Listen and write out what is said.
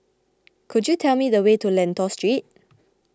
could you tell me the way to Lentor Street